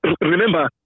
remember